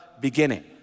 beginning